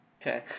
Okay